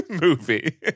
Movie